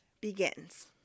begins